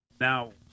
now